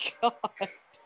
god